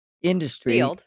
industry